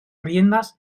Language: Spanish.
riendas